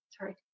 Sorry